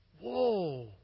Whoa